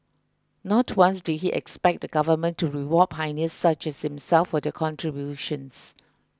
not once did he expect the government to reward pioneers such as himself for their contributions